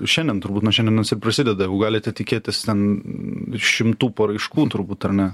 šiandien turbūt nuo šiandienos ir prasideda jau galite tikėtis ten šimtų paraiškų turbūt ar ne